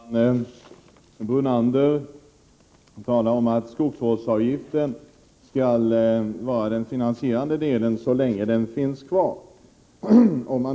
Herr talman! Lennart Brunander talade om att finansiering av det här förslaget skulle ske via skogsvårdsavgiften, så länge den fanns kvar.